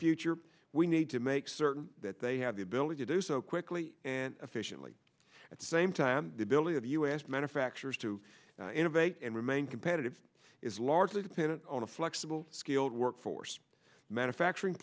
future we need to make certain that they have the ability to do so quickly and efficiently at the same time the ability of u s manufacturers to innovate and remain competitive is largely dependent on a flexible skilled workforce manufacturing